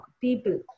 people